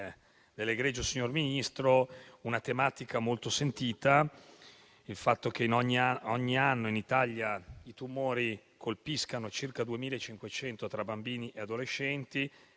dell'egregio signor Ministro una tematica molto sentita, ossia il fatto che ogni anno in Italia i tumori colpiscono circa 2.500 tra bambini e adolescenti;